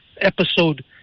episode